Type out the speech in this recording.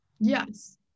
Yes